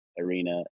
arena